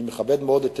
אני מכבד מאוד את